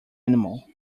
animal